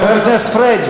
חבר הכנסת פריג',